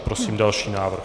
Prosím další návrh.